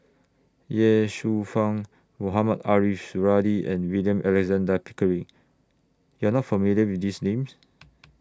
Ye Shufang Mohamed Ariff Suradi and William Alexander Pickering YOU Are not familiar with These Names